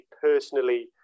personally